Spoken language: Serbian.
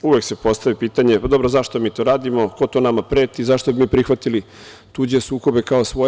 Uvek se postavlja pitanje zašto mi to radimo, ko to nama preti, zašto bi mi prihvatili tuđe sukobe kao svoje?